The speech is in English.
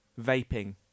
vaping